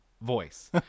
voice